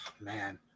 Man